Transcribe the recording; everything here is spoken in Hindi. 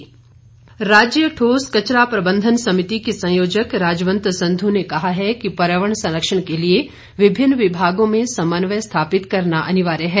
राजवंत संधू राज्य ठोस कचरा प्रबंधन समिति की संयोजक राजवंत संधू ने कहा है कि पर्यावरण संरक्षण के लिए विभिन्न विभागों में समन्वय स्थापित करना अनिवार्य है